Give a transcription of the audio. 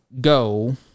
go